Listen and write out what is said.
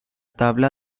tabla